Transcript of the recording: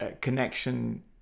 connection